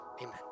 amen